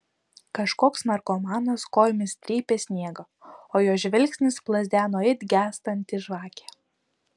kažkoks narkomanas kojomis trypė sniegą o jo žvilgsnis plazdeno it gęstanti žvakė